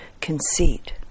conceit